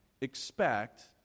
expect